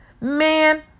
Man